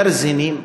גרזנים,